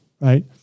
right